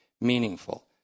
meaningful